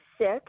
sick